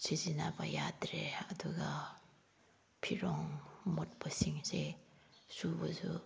ꯁꯤꯖꯤꯟꯅꯕ ꯌꯥꯗ꯭ꯔꯦ ꯑꯗꯨꯒ ꯐꯤꯔꯣꯜ ꯃꯣꯠꯄꯁꯤꯡꯁꯦ ꯁꯨꯕꯁꯨ